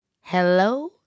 Hello